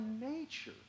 nature